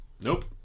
Nope